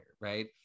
right